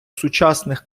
сучасних